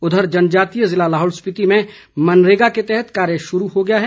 उधर जनजातीय जिला लाहौल स्पीति में मनरेगा के तहत कार्य शुरू हो गया है